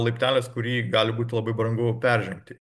laiptelis kurį gali būt labai brangu peržengti